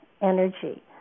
energy